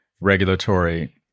regulatory